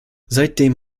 seitdem